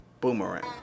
Boomerang